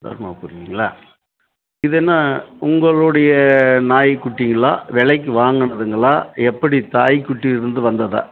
தருமபுரிங்களா இது என்ன உங்களுடைய நாய்குட்டிங்களா விலைக்கு வாங்கினதுங்களா எப்படி தாய் குட்டியிலிருந்து வந்ததா